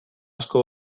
asko